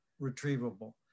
retrievable